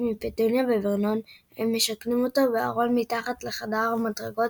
מפטוניה וורנון – הם משכנים אותו בארון מתחת לחדר המדרגות,